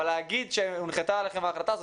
אבל להגיד שהונחתה עליכם ההחלטה הזאת,